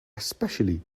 especially